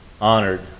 honored